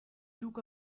took